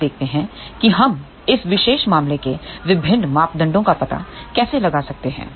अब देखते हैं कि हम इस विशेष मामले के विभिन्न मापदंडों का पता कैसे लगा सकते हैं